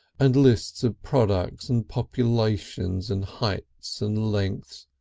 and lists of products and populations and heights and lengths,